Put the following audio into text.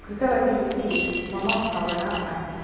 कृतवती इति मम भावना अस्ति